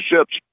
ships